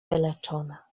wyleczona